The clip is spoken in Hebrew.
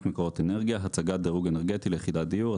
מקורות אנרגיה (הצגת דירוג אנרגטי ליחידת דיור),